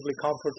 comfortable